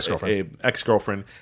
ex-girlfriend